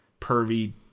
pervy